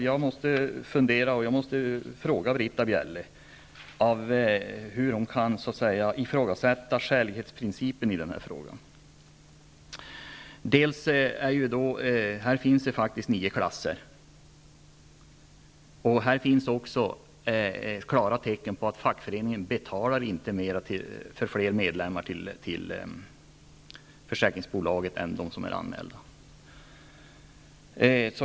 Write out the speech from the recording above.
Jag måste fråga Britta Bjelle hur hon kan ifrågasätta skälighetsprincipen i det här fallet. Här finns det faktiskt nio klasser, och det finns klara tecken på att fackföreningen inte betalar för fler medlemmar till försäkringsbolaget än för dem som är anmälda.